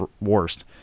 worst